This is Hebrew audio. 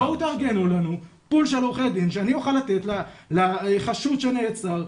בואו תארגנו לנו פול של עורכי דין שאני אוכל לתת לחשוד שנעצר,